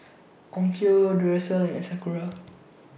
Onkyo Duracell and in Sakura